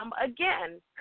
again